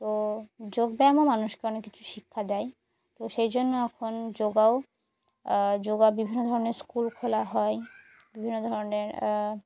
তো যোগব্যায়ামও মানুষকে অনেক কিছু শিক্ষা দেয় তো সেই জন্য এখন যোগাও যোগা বিভিন্ন ধরনের স্কুল খোলা হয় বিভিন্ন ধরনের